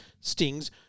Stings